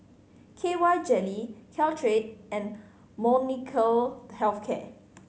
K Y Jelly Caltrate and Molnylcke Health Care